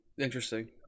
Interesting